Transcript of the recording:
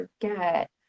forget